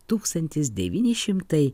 tūkstantis devyni šimtai